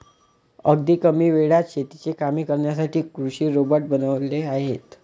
अगदी कमी वेळात शेतीची कामे करण्यासाठी कृषी रोबोट बनवले आहेत